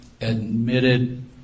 admitted